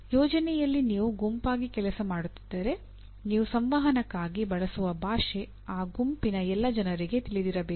ಯೋಜನೆಯಲ್ಲಿ ನೀವು ಗುಂಪಾಗಿ ಕೆಲಸ ಮಾಡುತ್ತಿದ್ದರೆ ನೀವು ಸಂವಹನಕ್ಕಾಗಿ ಬಳಸುವ ಭಾಷೆ ಆ ಗುಂಪಿನ ಎಲ್ಲ ಜನರಿಗೆ ತಿಳಿದಿರಬೇಕು